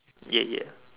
ya ya